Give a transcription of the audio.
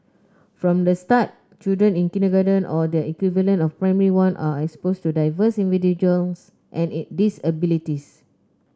from the start children in kindergarten or their equivalent of Primary One are exposed to diverse individuals and disabilities